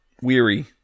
Weary